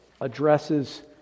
addresses